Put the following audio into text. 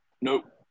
nope